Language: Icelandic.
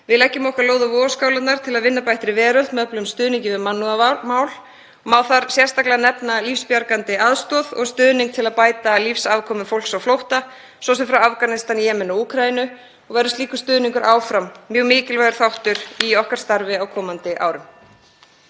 Við leggjum okkar lóð á vogarskálarnar til að vinna að bættri veröld með öflugum stuðningi við mannúðarmál. Má þar sérstaklega nefna lífsbjargandi aðstoð og stuðning til að bæta lífsafkomu fólks á flótta, svo sem frá Afganistan, Jemen og Úkraínu, og verður slíkur stuðningur áfram mjög mikilvægur þáttur í okkar starfi á komandi árum.